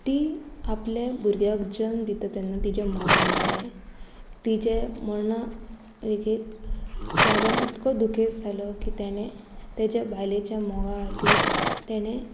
ती आपल्या भुरग्याक जल्म दिता तेन्ना तिचें मरण जालें तिचे मरणा लेगीत शाहजान इतको दुखेस्त जालो की तेणे तेज्या बायलेच्या मोगा खातीर तेणें